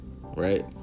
right